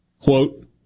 Quote